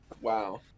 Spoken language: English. Wow